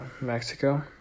Mexico